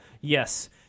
yes